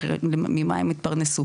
אחרת ממה הם יתפרנסו?